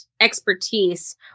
expertise